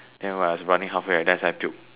then when I was running halfway right then I suddenly puke